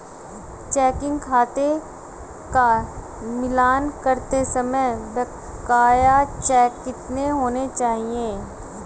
Checking खाते का मिलान करते समय बकाया चेक कितने होने चाहिए?